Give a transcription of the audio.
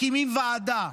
מקימים ועדה.